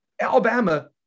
alabama